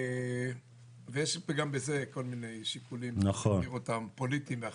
וגם בזה יש כל מיני שיקולים פוליטיים ואחרים.